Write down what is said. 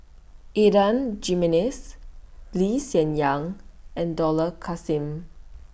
Adan Jimenez Lee Hsien Yang and Dollah Kassim